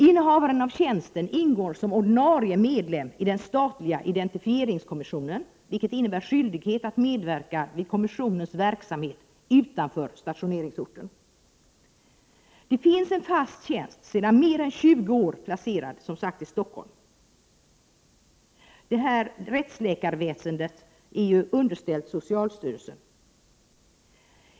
Innehavaren av tjänsten ingår som ordinarie medlem i den statliga identifieringskommissionen, vilket innebär skyldighet att medverka vid kommissionens verksamhet utanför stationeringsorten. Det finns alltså en fast tjänst — sedan mer än 20 år — placerad i Stockholm. Den är liksom rättsläkarväsendet underställd socialstyrelsen.